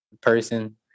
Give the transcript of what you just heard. person